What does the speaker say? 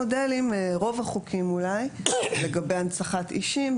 רוב החוקים לגבי הנצחת אישים,